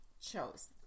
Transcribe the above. shows